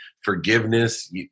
Forgiveness